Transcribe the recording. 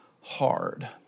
hard